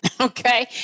okay